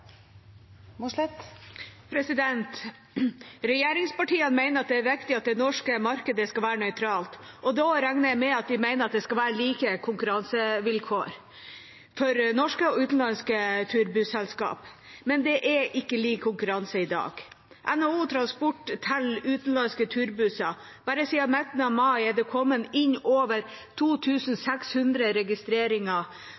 viktig at det norske markedet skal være nøytralt. Da regner jeg med at de mener det skal være like konkurransevilkår for norske og utenlandske turbusselskap. Men det er ikke lik konkurranse i dag. NHO Transport teller utenlandske turbusser. Bare siden midten av mai er det registrert over